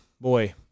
Boy